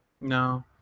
no